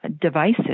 devices